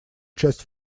часть